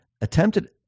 attempted